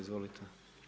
Izvolite.